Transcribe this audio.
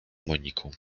moniką